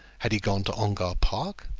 had he gone to ongar park?